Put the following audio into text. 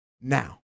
now